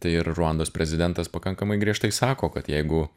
tai ir ruandos prezidentas pakankamai griežtai sako kad jeigu